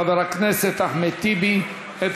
לאחרונה, בשנים האחרונות, העומס הזה,